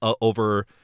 over